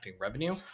revenue